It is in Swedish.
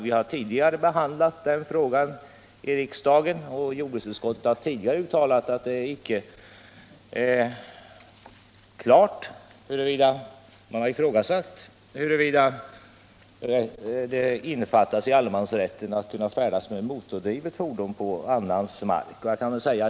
Vi har tidigare behandlat den frågan i riksdagen, och jordbruksutskottet har då ifrågasatt huruvida det innefattas i allemansrätten att kunna färdas med motordrivet fordon på annans mark.